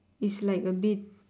it's like a bit